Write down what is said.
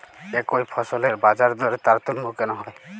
একই ফসলের বাজারদরে তারতম্য কেন হয়?